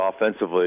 offensively